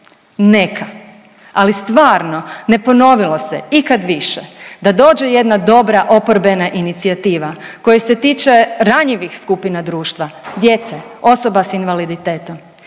neka, ali stvarno ne ponovilo se ikad više da dođe jedna dobra oporbena inicijativa koja se tiče ranjivih skupina društva, djece, osoba s invaliditetom